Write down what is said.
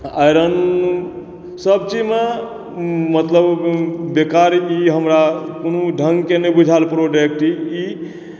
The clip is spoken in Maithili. आइरन सब चीज मे मतलब बेकार ई हमरा कोनो ढंग के नहि बुझैल प्रोडक्ट ई